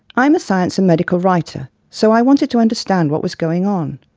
i'm a science and medical writer, so i wanted to understand what was going on.